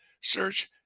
search